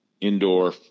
indoor